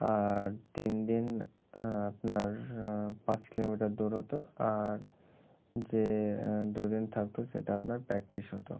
আর তিন দিন আপনার পাঁচ কিলোমিটার দূর হতো আর যে দু দিন থাকতো সেটা আপনার প্র্যাকটিস হতো